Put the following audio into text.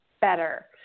better